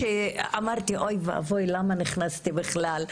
אמרתי אוי ואבוי למה נכנסתי בכלל?